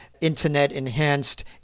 internet-enhanced